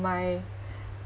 my